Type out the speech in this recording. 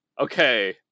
okay